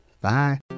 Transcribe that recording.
Bye